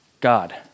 God